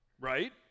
Right